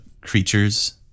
creatures